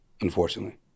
unfortunately